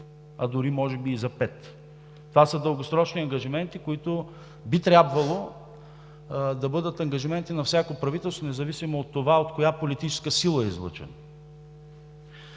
а дори може би и за пет. Това са дългосрочни ангажименти, които би трябвало да бъдат ангажименти на всяко правителство, независимо от това от коя политическа сила е излъчено.